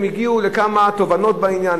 הם הגיעו לכמה תובנות בעניין,